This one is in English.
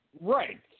Right